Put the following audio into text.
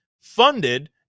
funded